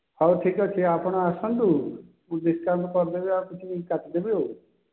ହଉ ଠିକ୍ ଅଛି ଆପଣ ଆସନ୍ତୁ ମୁଁ ଡିସ୍କାଉଣ୍ଟ୍ କରିଦେବି ଆଉ କିଛି କାଟିଦେବି ଆଉ